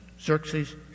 Xerxes